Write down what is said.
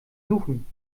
suchen